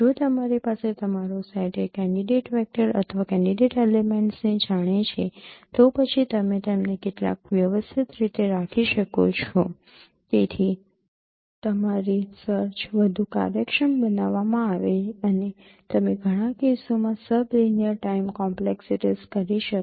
જો તમારી પાસે તમારો સેટ એ કેન્ડિડેટ વેક્ટર અથવા કેન્ડિડેટ એલિમેંટ્સને જાણે છે તો પછી તમે તેમને કેટલાક વ્યવસ્થિત રીતે રાખી શકો છો તેથી તમારી સર્ચ વધુ કાર્યક્ષમ બનાવવામાં આવે અને તમે ઘણા કેસોમાં સબ લિનિયર ટાઇમ કોમ્પ્લેક્સીટીસ કરી શકો